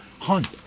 Hunt